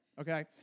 Okay